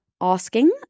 asking